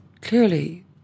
clearly